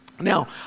Now